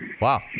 Wow